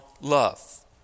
love